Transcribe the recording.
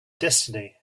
destiny